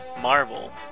Marvel